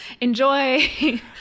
enjoy